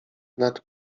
nad